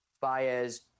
Baez